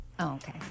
Okay